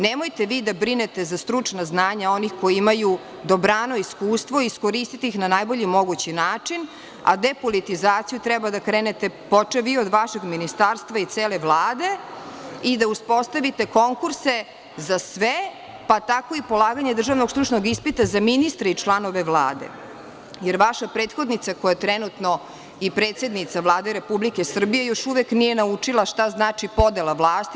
Nemojte vi da brinete za stručna znanja onih koji imaju dobrano iskustvo, iskoristite ih na najbolji mogući način, a depolitizaciju treba da krenete počev vi od vašeg ministarstva i cele Vlade i da uspostavite konkurse za sve, pa tako i polaganje državnog stručnog ispita za ministre i članove Vlade, jer vaša prethodnica koja je trenutno i predsednica Vlade Republike Srbije još uvek nije naučila šta znači podela vlasti.